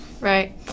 right